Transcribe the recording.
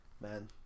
Man